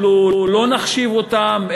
אלו לא נחשיב אותם,